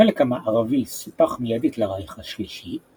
החלק המערבי סופח מיידית לרייך השלישי,